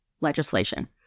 legislation